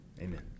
amen